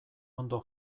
ondo